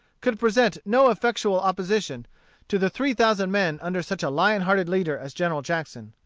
could present no effectual opposition to the three thousand men under such a lion-hearted leader as general jackson.